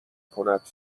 کند